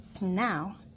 now